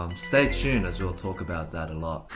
um, stay tuned as we'll talk about that a lot.